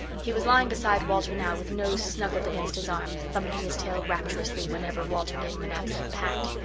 he was lying beside walter now with nose snuggled against his arm, thumping his tail rapturously whenever walter gave him an absent pat.